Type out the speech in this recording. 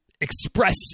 express